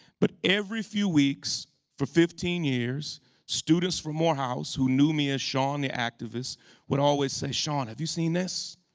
but every few weeks for fifteen years students from morehouse who knew me as shaun the activist would always say, shaun have you seen this?